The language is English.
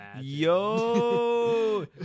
Yo